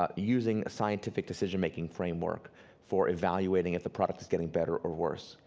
ah using a scientific decision making framework for evaluating if the product is getting better or worse.